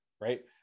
right